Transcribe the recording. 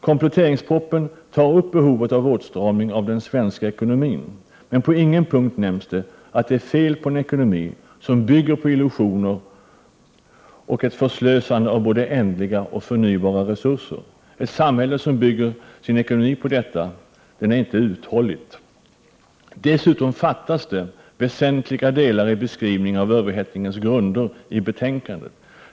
Kompletteringspropositionen tar upp behovet av åtstramning av den svenska ekonomin, men på ingen punkt nämns det att det är fel på en ekonomi som bygger på illusioner och på ett förslösande av både ändliga och förnybara resurser. Ett samhälle som bygger sin ekonomi på detta är inte uthålligt. Dessutom fattas i betänkandet väsentliga delar i beskrivningen av överhettningens grunder.